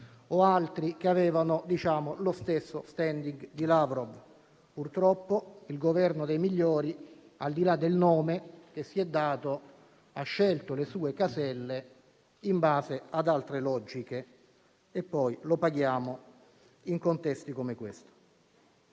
o altri aventi lo stesso *standing* di Lavrov. Purtroppo il Governo dei migliori, al di là del nome che si è dato, ha scelto le sue caselle in base ad altre logiche e poi lo paghiamo in contesti come questo.